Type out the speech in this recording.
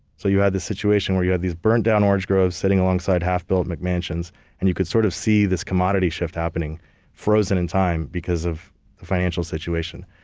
so you had this situation where you had these burnt down orange groves sitting alongside half built mcmansions and you could sort of see this commodity shift happening frozen in time because of the financial situation.